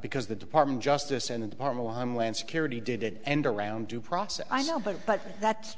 because the department justice and the department of homeland security did it end around due process i know but but that still